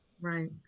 Right